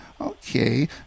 okay